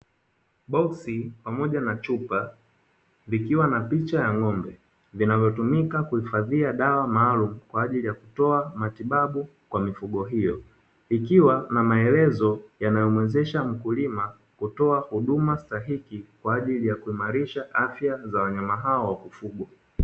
Boksi pamoja na chupa, vikiwa na picha ya ng'ombe vinavyotumika kuhifadhia dawa maalumu kwa ajili ya kutoa matibabu kwa mifugo hiyo, ikiwa na maelezo yanayowezesha mkulima kutoa huduma stahiki, kwa ajili ya kuimarisha afya za wanyama hao wa kufugwa.